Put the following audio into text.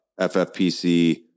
FFPC